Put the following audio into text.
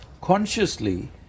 consciously